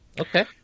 Okay